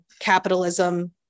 capitalism